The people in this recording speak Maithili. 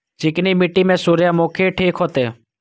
चिकनी मिट्टी में सूर्यमुखी ठीक होते?